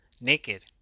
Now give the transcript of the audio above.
naked